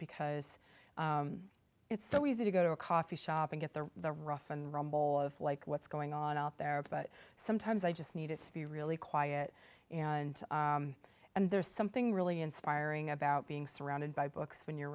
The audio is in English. because it's so easy to go to a coffee shop and get there the rough and rumble of like what's going on out there but sometimes i just need it to be really quiet and and there's something really inspiring about being surrounded by books when you're